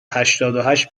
هشتادوهشت